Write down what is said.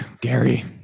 Gary